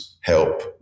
help